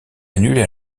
annulé